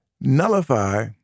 nullify